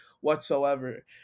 whatsoever